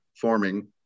forming